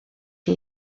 chi